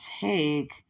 take